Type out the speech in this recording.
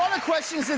um a question,